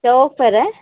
चौक पर है